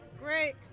Great